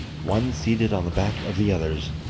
one seated on the back of the others,